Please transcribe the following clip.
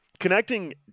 Connecting